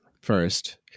First